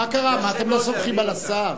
מה, אתם לא סומכים על השר?